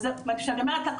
וזה מה שאני אומרת,